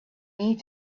need